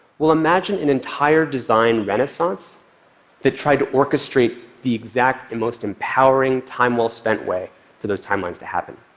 well, imagine an entire design renaissance that tried to orchestrate the exact and most empowering time-well-spent way for those timelines to happen.